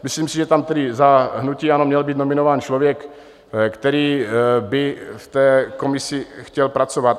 Myslím si, že tam tedy za hnutí ANO měl být nominován člověk, který by v té komisi chtěl pracovat.